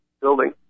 building